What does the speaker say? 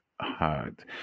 hard